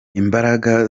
imbaraga